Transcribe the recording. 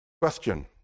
Question